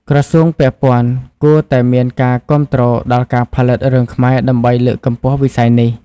ក្រសួងពាក់ព័ន្ធគួរតែមានការគាំទ្រដល់ការផលិតរឿងខ្មែរដើម្បីលើកកម្ពស់វិស័យនេះ។